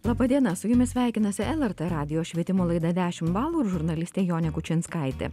laba diena su jumis sveikinasi lrt radijo švietimo laida dešimt balų ir žurnalistė jonė kučinskaitė